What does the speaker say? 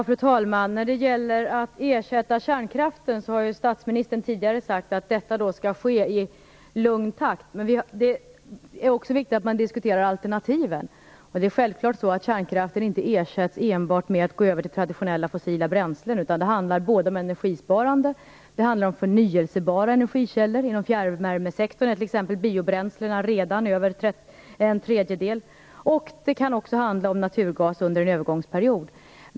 Fru talman! När det gäller att ersätta kärnkraften har statsministern tidigare sagt att detta skall ske i lugn takt. Men det är också viktigt att man diskuterar alternativen. Det är självklart så att kärnkraften inte ersätts enbart med att vi går över till traditionella fossila bränslen. Det handlar om energisparande och förnyelsebara energikällor - inom fjärrvärmesektorn svarar t.ex. biobränslena redan för över en tredjedel - och det kan också handla om naturgas under en övergångsperiod.